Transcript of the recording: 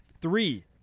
Three